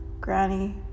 Granny